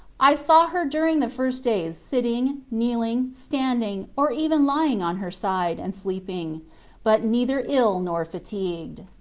i saw her during the first days sitting, kneel ing, standing, or even lying on her side, and sleeping but neither ill nor fatigued.